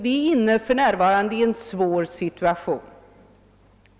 Vi är för närvarande inne i en svår situation.